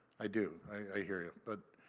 i do, i hear you. but,